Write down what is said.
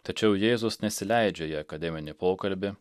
tačiau jėzus nesileidžia į akademinį pokalbį